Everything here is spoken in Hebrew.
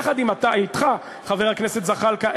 ויחד אתך חבר הכנסת זחאלקה,